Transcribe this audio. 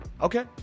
Okay